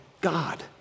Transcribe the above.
God